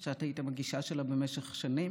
את תפגשי לא פעם פיהוקים של שעמום כשתדברי,